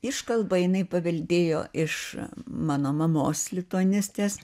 iškalbą jinai paveldėjo iš mano mamos lituanistės